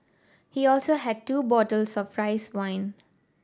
he also had two bottles of rice wine